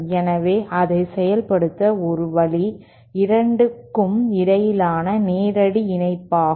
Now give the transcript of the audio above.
எனவே அதை செயல்படுத்த ஒரு வழி 2 க்கும் இடையிலான நேரடி இணைப்பு ஆகும்